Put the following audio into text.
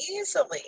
easily